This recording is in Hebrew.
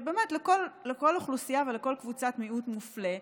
לכל אוכלוסייה ולכל קבוצת מיעוט מופלה,